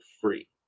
free